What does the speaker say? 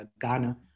Ghana